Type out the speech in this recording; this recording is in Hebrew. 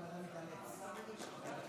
יעלה לברך ראש הממשלה,